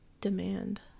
demand